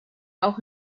auch